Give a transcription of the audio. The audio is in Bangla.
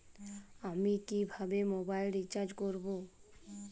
আমি কিভাবে মোবাইল রিচার্জ করব?